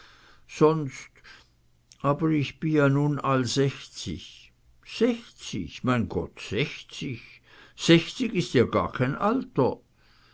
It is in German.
sonst aber ich bin ja nu all sechzig sechzig mein gott sechzig sechzig ist ja gar kein alter